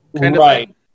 Right